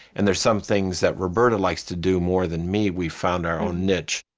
and there's some things that roberta likes to do more than me. we've found our own niche.